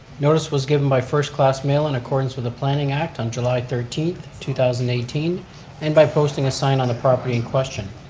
notice was given by first class mail in accordance with the planning act on july thirteenth, two thousand and eighteen and by posting a sign on the property in question.